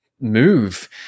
move